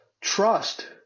trust